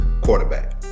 Quarterback